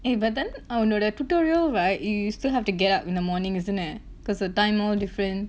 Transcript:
eh but then அவனோட:avanoda tutorial right you still have to get up in the morning isn't it cause the time all different